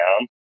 down